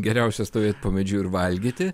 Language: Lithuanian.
geriausia stovėt po medžiu ir valgyti